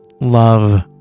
love